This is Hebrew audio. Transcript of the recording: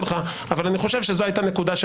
-- גניבת דעת והונאת דברים.